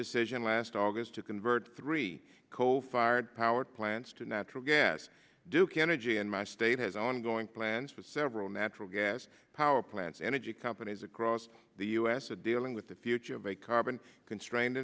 decision last august to convert three coal fired power plants to natural gas duke energy and my state has ongoing plans for several natural gas power plants energy companies across the u s to dealing with the future of a carbon constrained